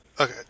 okay